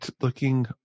looking